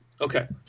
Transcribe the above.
Okay